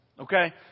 Okay